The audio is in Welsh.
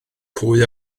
pwy